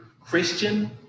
Christian